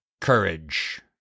courage